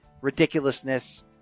ridiculousness